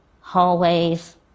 hallways